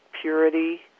purity